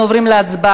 אנחנו עוברים להצבעה,